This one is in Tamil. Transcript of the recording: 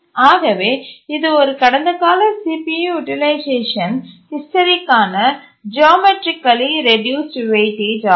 ஆகவே இது கடந்தகால CPU யூட்டிலைசேஷன் ஹிஸ்டரிக்கான ஜியோமெட்ரிக்கலி ரெட்யூஸ்டு வெயிட்டேஜ் ஆகும்